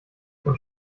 und